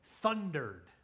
thundered